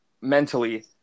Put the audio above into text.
mentally